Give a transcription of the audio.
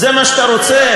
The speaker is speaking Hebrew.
זה מה שאתה רוצה?